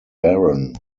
barron